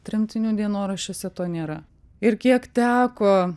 tremtinių dienoraščiuose to nėra ir kiek teko